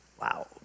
Wow